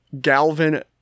galvin